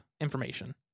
information